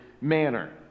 manner